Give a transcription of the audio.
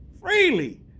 Freely